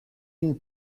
une